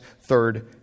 third